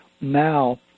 now